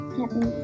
happy